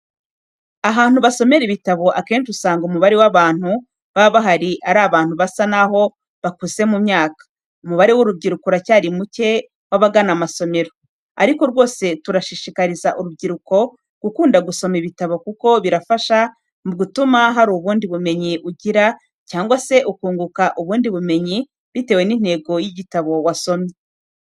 Ahantu basomera ibitabo akenshi usanga umubare w'abantu baba bahari ari abantu basa naho bakuze mu myaka, umubare w'urubyiro uracyari mucye wabagana amasomero, ariko rwose turashishikariza urubyiruko gukunda gusoma ibitabo kuko birafasha bituma hari ubundi bumenyi ugira cyangwa se ukunguka ubundi bumenyi bitewe n'intego y'igitabo wasomye.